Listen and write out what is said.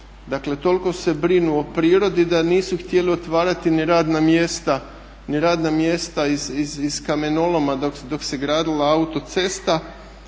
Dakle toliko se brinu o prirodi da nisu htjeli otvarati ni radna mjesta iz kamenoloma dok se gradila autocesta.